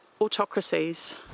autocracies